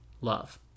love